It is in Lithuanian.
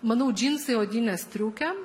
manau džinsai odinė striukė